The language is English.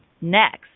next